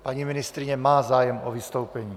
Paní ministryně má zájem o vystoupení.